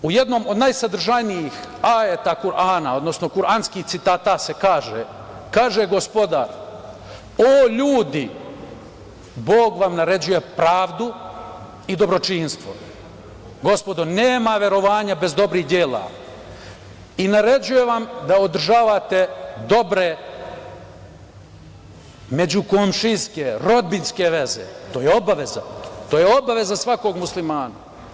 U jednom od najsadržajnijih aeta Kurana, odnosno kuranskih citata se kaže, kaže gospoda – o ljudi, Bog vam naređuje pravdu i dobročinstvo, gospodo nema verovanja bez dobrih dela i naređujem vam da održavate dobre međukomšijske, rodbinske veze, to je obaveza, to je obaveza svakog Muslimana.